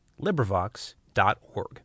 LibriVox.org